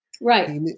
Right